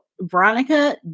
Veronica